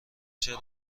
چرا